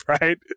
right